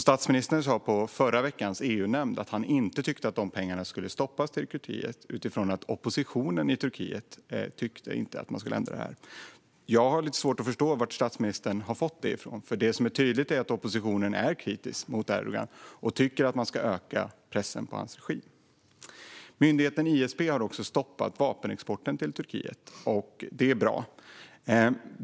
Statsministern sa vid förra veckans EUnämnd att han inte tyckte att pengarna till Turkiet skulle stoppas eftersom oppositionen i Turkiet inte tyckte att man skulle ändra detta. Jag har lite svårt att förstå varifrån statsministern har fått detta. Det är tydligt att oppositionen är kritisk mot Erdogan och tycker att man ska öka pressen på hans regim. Myndigheten ISP har stoppat vapenexporten till Turkiet. Det är bra!